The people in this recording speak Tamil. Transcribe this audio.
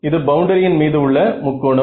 இது பவுண்டரியின் மீது உள்ள முக்கோணம்